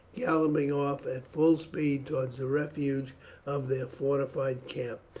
galloping off at full speed towards the refuge of their fortified camp.